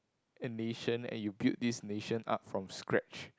and nation and you build this nation up from scratch